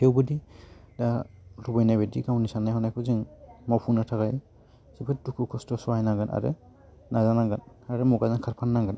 थेवबोदि दा लुगैनायबादि गावनि सानना हनायखौ जों मावफुनो थाखाय जोबोद दुखु खस्थ सहायनांगोन आरो नाजानांगोन आरो मुगाजों खारफा नांगोन